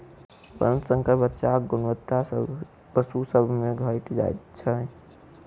वर्णशंकर बच्चाक गुणवत्ता पशु सभ मे घटि जाइत छै